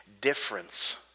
difference